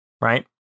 right